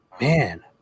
man